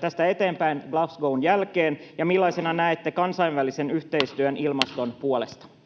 tästä eteenpäin Glasgow’n jälkeen, ja millaisena näette kansainvälisen yhteistyön [Puhemies